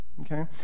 Okay